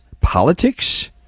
politics